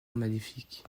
maléfique